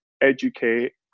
educate